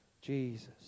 Jesus